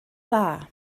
dda